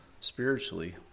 spiritually